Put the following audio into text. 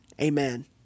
Amen